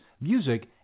music